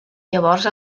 llavors